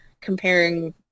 comparing